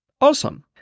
Awesome